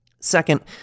Second